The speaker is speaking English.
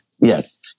Yes